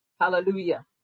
Hallelujah